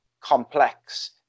complex